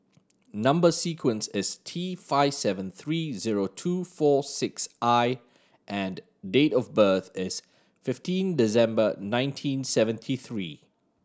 number sequence is T five seven three zero two four six I and date of birth is fifteen December nineteen seventy three